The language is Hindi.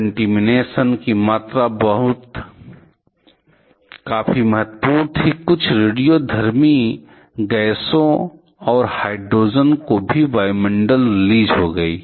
कन्टीमीनेशन की मात्रा काफी महत्वपूर्ण थी कुछ रेडियोधर्मी गैसों और हाइड्रोजन को भी वायुमंडल रिलीज़ हो गयी